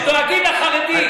הם דואגים לחרדים.